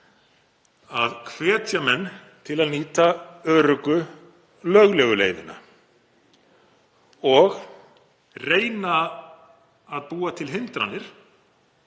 að hvetja menn til að nýta öruggu löglegu leiðina og reyna að búa til hindranir